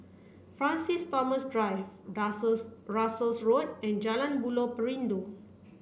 Francis Thomas Drive Russels Road and Jalan Buloh Perindu